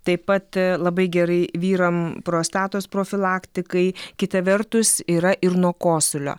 taip pat labai gerai vyram prostatos profilaktikai kita vertus yra ir nuo kosulio